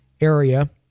area